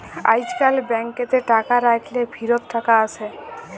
আইজকাল ব্যাংকেতে টাকা রাইখ্যে ফিরত টাকা আসে